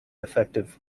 defective